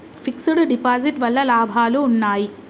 Fix డ్ deposit వల్ల లాభాలు ఉన్నాయి?